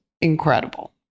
incredible